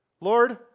lord